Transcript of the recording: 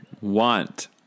want